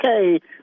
okay